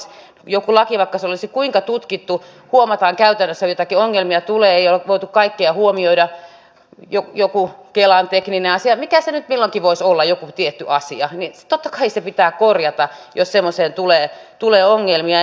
jostain laista vaikka se olisi kuinka tutkittu huomataan käytännössä että joitakin ongelmia tulee ei ole voitu kaikkia huomioida joku kelan tekninen asia mikä se nyt milloinkin voisi olla joku tietty asia totta kai se pitää korjata jos semmoiseen tulee ongelmia